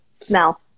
Smell